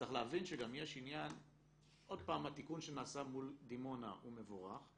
צריך להבין, התיקון שנעשה מול דימונה הוא מבורך,